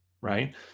right